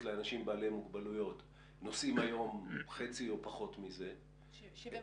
לאנשים בעלי מוגבלויות נוסעים היום חצי או פחות מזה --- 75%.